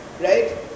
right